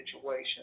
situation